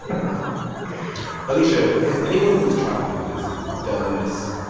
wow alisha, has anyone who has tried to do this done this,